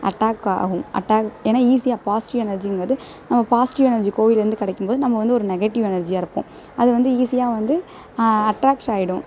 attack ஆகும் attack ஏன்னால் ஈஸியாக பாசிட்டிவ் எனர்ஜிங்கிறது நம்ம பாசிட்டிவ் எனர்ஜி கோயில்லேருந்து கிடைக்கும்போது நம்ம வந்து ஒரு நெகட்டிவ் எனர்ஜியாக இருப்போம் அதுவந்து ஈஸியாக வந்து அட்ராக்ஸ் ஆகிடும்